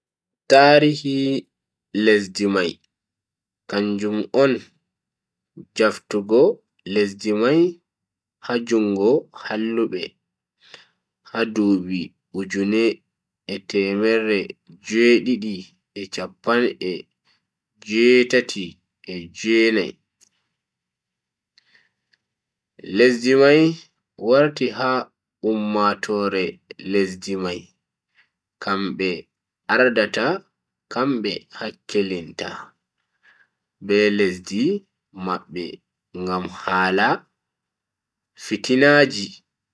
Tarihi lesdi mai kanjum on jaftugo lesdi mai ha jungo hallube ha dubi ujune e temerre jue-didi e chappan e jue-tati e jue-nai. lesdi mai warti ha ummatoore lesdi mai kambe ardata kambe hakkilinta be lesdi mabbe ngam hala fitinaji.